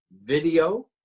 video